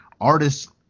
artists